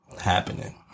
Happening